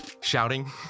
shouting